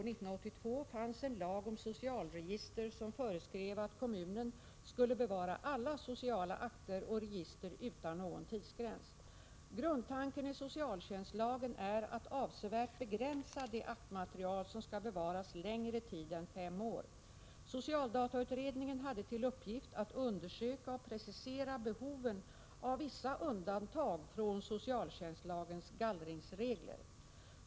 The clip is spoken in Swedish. : ter som föreskrev att kommunen skulle bevara alla sociala akter och register utan någon tidsgräns. Grundtanken i socialtjänstlagen är att avsevärt begränsa det aktmaterial som skall bevaras längre tid än fem år. Socialdatautredningen hade till uppgift att undersöka och precisera behoven av vissa undantag från socialtjänstlagens gallringsregler.